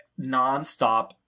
nonstop